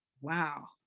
Wow